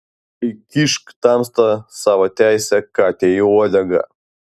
įkišk tamsta savo teisę katei į uodegą